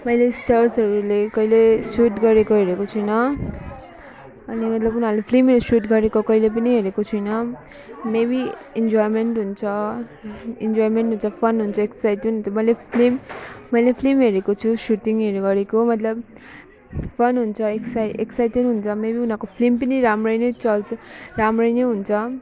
मैले स्टर्सहरूले कहिले सुट गरेको हेरेको छुइनँ अनि मतलब उनीहरूले फिल्महरू सुट गरेको कहिले पनि हेरेको छुइनँ मे बी इन्जोइमेन्ट हुन्छ इन्जोइमेन्ट हुन्छ फन हुन्छ एक्साइटेड हुन्छ मैले फिल्म मैले फिल्म हेरेको छु सुटिङहरू गरेको मतलब फन हुन्छ है एकसाई एक्साइटेड हुन्छ मे बी उनीहरूको फिल्म पनि राम्रै नै चल्छ राम्रै नै हुन्छ